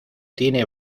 tiene